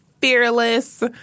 fearless